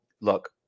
Look